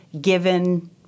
given